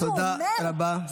תודה רבה.